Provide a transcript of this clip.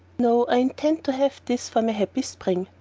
no, i intend to have this for my happy spring.